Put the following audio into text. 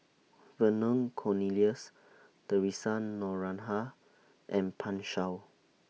Vernon Cornelius Theresa Noronha and Pan Shou